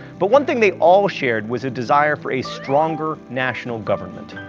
but, one thing they all shared was a desire for a stronger national government.